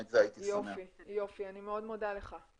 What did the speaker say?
אני מאוד מודה לך.